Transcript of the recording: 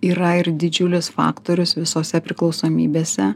yra ir didžiulis faktorius visose priklausomybėse